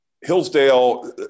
Hillsdale